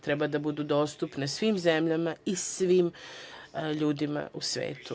Treba da budu dostupne svim zemljama i svim ljudima u svetu.